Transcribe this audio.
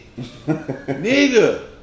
Nigga